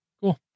Cool